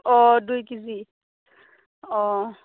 अह दुइ किजि अह